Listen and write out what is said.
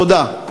תודה.